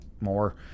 more